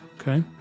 Okay